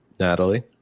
Natalie